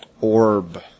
orb